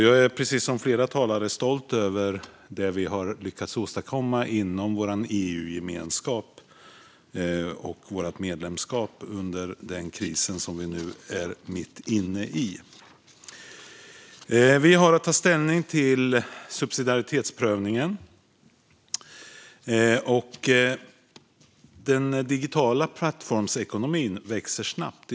Jag är precis som flera talare stolt över det vi har lyckats åstadkomma inom vår EU-gemenskap och vårt medlemskap under den kris som vi nu är mitt inne i. Vi har att ta ställning till subsidiaritetsprövningen. Den digitala plattformsekonomin växer snabbt.